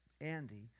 Andy